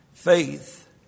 faith